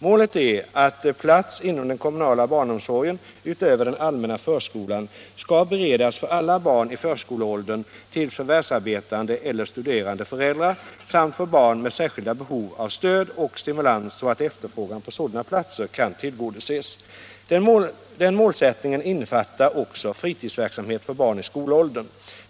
Målet är att plats inom den kommunala barnomsorgen utöver den allmänna förskolan skall beredas för alla barn i förskoleåldern till förvärvsarbetande eller studerande föräldrar samt för barn med särskilda behov av stöd och stimulans, så att efterfrågan på sådana platser kan tillgodoses. Den målsättningen innefattar också fritidsverksamheten för barn i skolåldern.